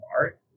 art